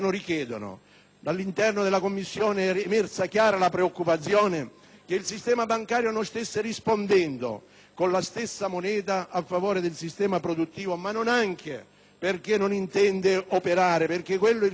All'interno della Commissione è emersa chiara la preoccupazione che il sistema bancario non stesse rispondendo con la stessa moneta a favore del sistema produttivo, ma non perché non intende operare (perché è il suo mestiere),